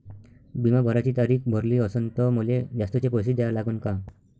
बिमा भराची तारीख भरली असनं त मले जास्तचे पैसे द्या लागन का?